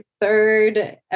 third